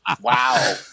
Wow